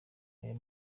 aya